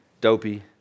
dopey